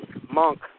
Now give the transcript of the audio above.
Monk